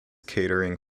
catering